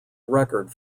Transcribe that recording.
record